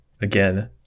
Again